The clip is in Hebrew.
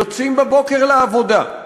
יוצאים בבוקר לעבודה,